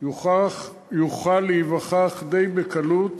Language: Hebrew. יוכל להיווכח די בקלות